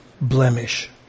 blemish